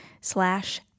slash